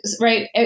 Right